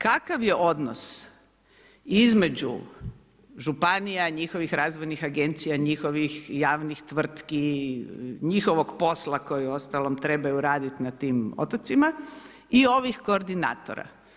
Kakav je odnos između županija, njihovih razvojnih agencija, njihovih javnih tvrtki, njihovog posla, koje uostalom trebaju raditi na tim otocima i ovih koordinatora.